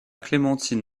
clémentine